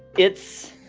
it's.